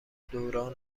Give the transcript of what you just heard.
دوران